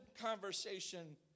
conversation